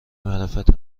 معرفت